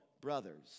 brothers